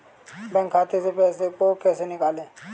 Bank खाते से पैसे को कैसे निकालें?